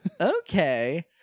Okay